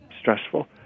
stressful